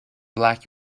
black